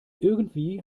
irgendwie